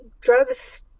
drugs